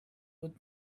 would